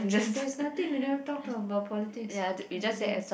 there's nothing we never talk about politics